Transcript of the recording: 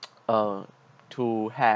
uh to have